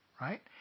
right